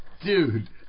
dude